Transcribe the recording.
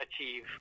achieve